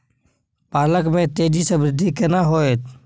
पालक में तेजी स वृद्धि केना होयत?